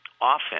often